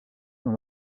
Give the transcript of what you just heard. dans